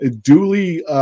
duly